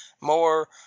more